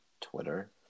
Twitter